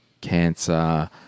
cancer